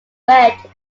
red